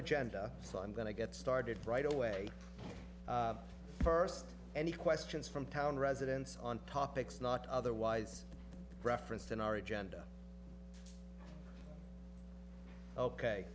agenda so i'm going to get started right away first any questions from town residents on topics not otherwise referenced in our agenda